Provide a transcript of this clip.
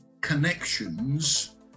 connections